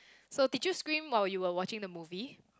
so did you scream while you were watching the movie